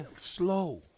Slow